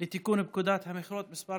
לתיקון פקודת המכרות (מס'